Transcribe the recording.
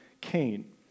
Cain